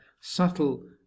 subtle